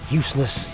useless